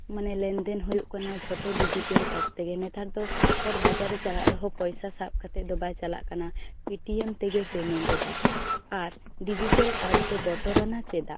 ᱢᱟᱱᱮ ᱞᱮᱱᱫᱮᱱ ᱦᱩᱭᱩᱜ ᱠᱟᱱᱟ ᱡᱚᱛᱚ ᱰᱤᱡᱤᱴᱮᱞ ᱮᱯ ᱛᱮᱜᱮ ᱱᱮᱛᱟᱨ ᱫᱚ ᱦᱚᱲ ᱵᱟᱡᱟᱨ ᱨᱮ ᱪᱟᱞᱟᱜ ᱨᱮᱦᱚᱸ ᱯᱚᱭᱥᱟ ᱥᱟᱵ ᱠᱟᱛᱮ ᱫᱚ ᱵᱟᱭ ᱪᱟᱞᱟᱜ ᱠᱟᱱᱟ ᱯᱮᱴᱤᱭᱮᱢ ᱛᱮᱜᱮ ᱯᱮᱢᱮᱱᱴ ᱮᱫᱟᱭ ᱟᱨ ᱰᱤᱡᱤᱴᱮᱞ ᱮᱯ ᱫᱚ ᱵᱚᱛᱚᱨᱟᱱᱟᱜ ᱪᱮᱫᱟᱜ